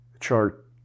chart